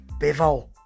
Bivol